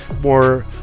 more